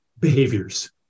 behaviors